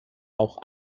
auch